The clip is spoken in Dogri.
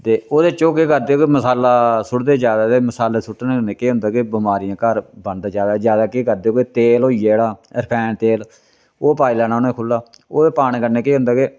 दे ओह्दे च ओह् केह् करदे के मसाला सुट्टदे ज्यादा ते मसाले सुट्टने कन्नै केह् होंदा के बमारियां घर बनदे ज्यादा ज्यादा तेह् करदे के तेल होई गेआ जेह्ड़ा रफैन तेल ओह् पाई लैना उनें खुल्ला ओह्दे पाने कन्नै केह होंदा के